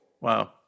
Wow